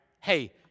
Hey